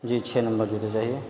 جی چھ نمبر جوتے چاہیے